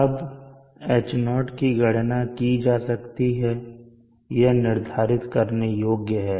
अब H0 की गणना की जा सकती है यह निर्धारित करने योग्य है